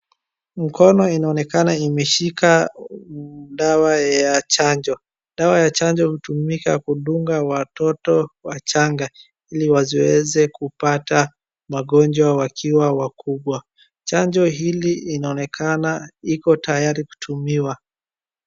Mkono inaonekana imeshika dawa ya chanjo. Dawa ya chanjo hutumika kudunga watoto wachanga ili wasiweze kupata magonjwa wakiwa wakubwa. Chanjo hili inaonekana iko tayari kutumiwa.